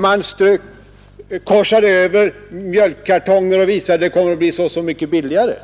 Man korsade över mjölkkartonger och visade att det skulle bli så och så mycket billigare.